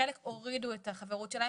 חלק הורידו את החברות שלהם,